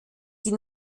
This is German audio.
die